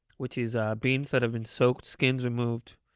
which is ah beans that have been soaked, skins removed,